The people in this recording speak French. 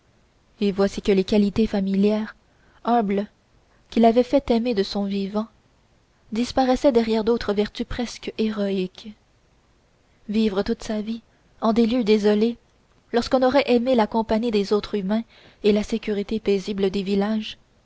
et voici que les qualités familières humbles qui l'avaient fait aimer de son vivant disparaissaient derrière d'autres vertus presque héroïques vivre toute sa vie en des lieux désolés lorsqu'on aurait aimé la compagnie des autres humains et la sécurité paisible des villages